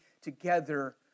together